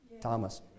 Thomas